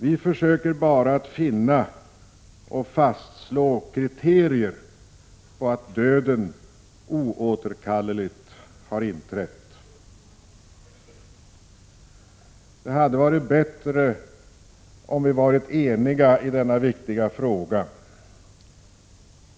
Vi försöker bara att finna och att fastslå kriterier på att döden oåterkalleligt har inträtt. Det hade varit bättre om vi varit eniga i denna viktiga fråga.